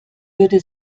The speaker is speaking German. würde